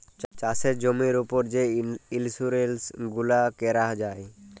চাষের জমির উপর যে ইলসুরেলস গুলা ক্যরা যায়